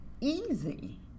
easy